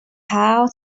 how